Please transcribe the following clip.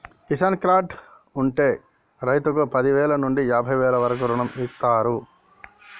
Kisan credit card ఉంటె రైతుకు పదివేల నుండి యాభై వేల వరకు రుణమిస్తారు